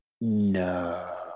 no